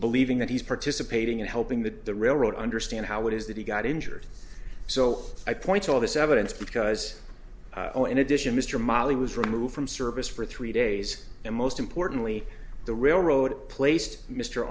believing that he's participating in helping that the railroad understand how it is that he got injured so i point to all this evidence because in addition mr molly was removed from service for three days and most importantly the railroad placed mr